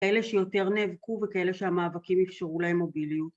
כאלה שיותר נאבקו, וכאלה שהמאבקים אפשרו להם מוביליות